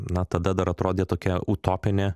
na tada dar atrodė tokia utopinė